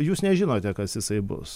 jūs nežinote kas jisai bus